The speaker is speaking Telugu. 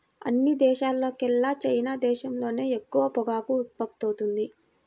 అన్ని దేశాల్లోకెల్లా చైనా దేశంలోనే ఎక్కువ పొగాకు ఉత్పత్తవుతుంది